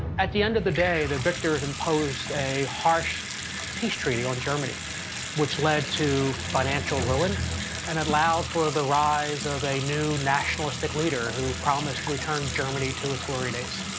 at the end of the day, the victors imposed a harsh peace treaty on germany which lead to financial ruin and allowed for the rise of a new nationalistic leader who promised to return germany to its glory days.